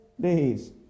days